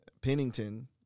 Pennington